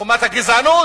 חומת הגזענות.